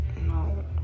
No